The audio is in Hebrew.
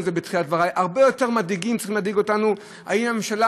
הרבה יותר צריך להדאיג אותנו האם הממשלה